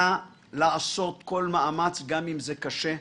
נא לעשות כל מאמץ, גם אם זה קשה,